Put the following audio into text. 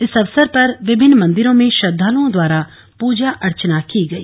इस अवसर पर विभिन्न मन्दिरों में श्रद्वालुओ द्वारा पूजा अर्चना की गई